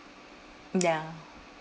ya